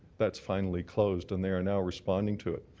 that's finally closed and they are now responding to it.